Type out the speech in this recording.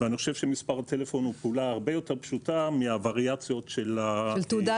ואני חושב שמספר הטלפון הוא פעולה הרבה יותר פשוטה מהווריאציות של השם.